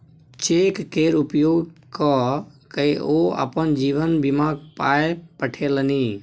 cheque केर उपयोग क कए ओ अपन जीवन बीमाक पाय पठेलनि